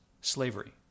slavery